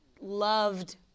Loved